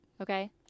Okay